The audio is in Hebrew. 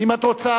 אם את רוצה.